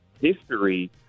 history